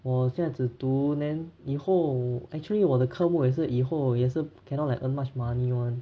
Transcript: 我这样子读 then 以后 actually 我的科目也是以后也是 cannot like earn much money [one]